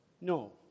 No